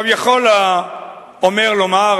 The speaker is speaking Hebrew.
יכול האומר לומר,